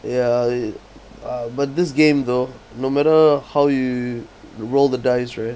ya uh but this game though no matter how you roll the dice right